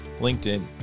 LinkedIn